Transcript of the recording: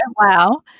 wow